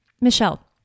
Michelle